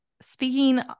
speaking